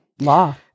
law